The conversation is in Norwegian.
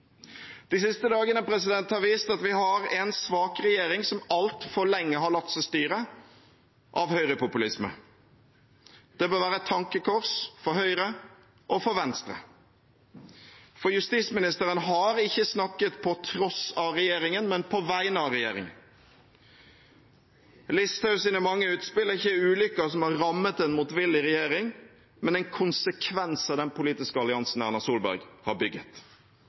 De siste dagene har vist at vi har en svak regjering som altfor lenge har latt seg styre av høyrepopulisme. Det bør være et tankekors for Høyre og for Venstre. For justisministeren har ikke snakket på tross av regjeringen, men på vegne av regjeringen. Listhaugs mange utspill er ikke ulykker som har rammet en motvillig regjering, men en konsekvens av den politiske alliansen Erna Solberg har bygget.